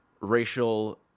racial